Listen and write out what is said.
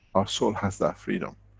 our soul has that freedom.